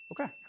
Okay